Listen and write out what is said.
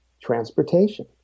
transportation